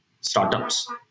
startups